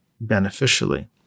beneficially